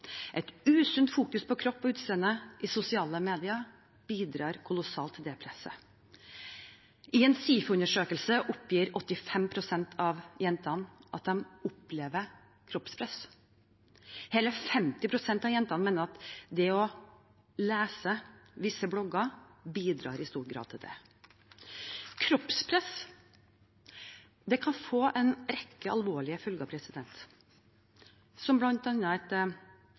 Et usunt fokus på kropp og utseende i sosiale medier bidrar kolossalt til det presset. I en SIFO-undersøkelse oppgir 85 pst. av jentene at de opplever kroppspress. Hele 50 pst. av jentene mener at det å lese visse blogger i stor grad bidrar til dette. Kroppspress kan få en rekke alvorlige følger, som et